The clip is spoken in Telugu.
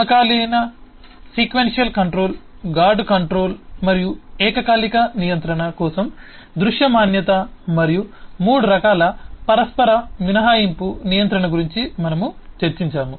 సమకాలీకరణ సీక్వెన్షియల్ కంట్రోల్ గార్డ్ కంట్రోల్ మరియు ఏకకాలిక నియంత్రణ కోసం దృశ్యమానత మరియు మూడు రకాల పరస్పర మినహాయింపు నియంత్రణ గురించి మనము చర్చించాము